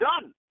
done